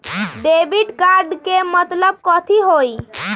Debit card के मतलब कथी होई?